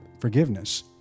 forgiveness